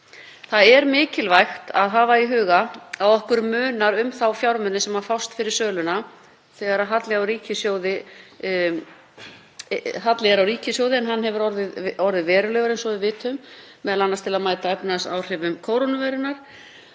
Það er mikilvægt að hafa í huga að okkur munar um þá fjármuni sem fást fyrir söluna þegar halli er á ríkissjóði, en hann hefur orðið verulegur eins og við vitum, m.a. til að mæta efnahagsáhrifum kórónuveirunnar.